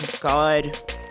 God